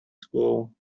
school